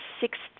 sixth